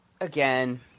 again